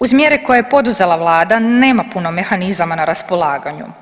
Uz mjere koje je poduzela Vlada nema puno mehanizama na raspolaganju.